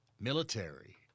military